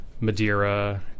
Madeira